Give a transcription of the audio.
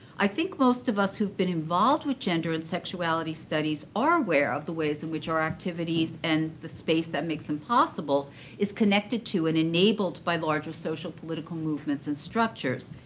i think most of us who have been involved with gender and sexuality studies are aware of the ways in which our activities and the space that makes them possible is connected to and enabled by the larger social political movements and structures.